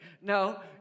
no